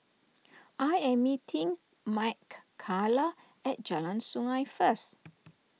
I am meeting Mckayla at Jalan Sungei first